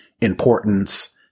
importance